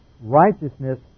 Righteousness